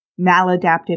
maladaptive